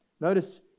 Notice